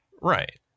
right